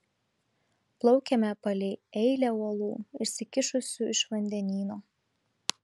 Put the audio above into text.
plaukėme palei eilę uolų išsikišusių iš vandenyno